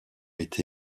été